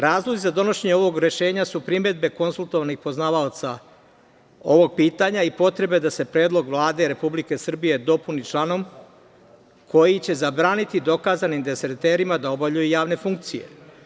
Razlozi za donošenje ovog rešenja su primedbe konsultovanih poznavaoca ovog pitanja i potrebe da se predlog Vlade Republike Srbije dopuni članom koji će zabraniti dokazanim dezerterima da obavljaju javne funkcije.